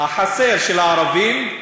החסר של הערבים,